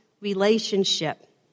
relationship